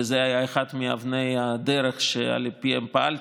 וזו הייתה אחד מאבני הדרך שעל פיהן פעלתי,